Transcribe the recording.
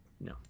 no